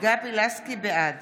בעד